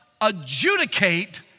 adjudicate